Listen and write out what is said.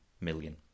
million